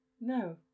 No